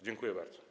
Dziękuję bardzo.